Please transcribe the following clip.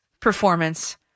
performance